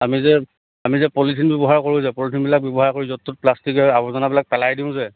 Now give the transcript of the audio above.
আমি যে আমি যে পলিথিন ব্যৱহাৰোঁ কৰো যে পলিথিনবিলাক ব্যৱহাৰ কৰি য'ত ত'ত প্লাষ্টিকৰ আৱৰ্জনাবিলাক পেলাই দিওঁ যে